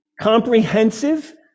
comprehensive